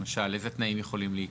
למשל אילו תנאים יכולים להיקבע?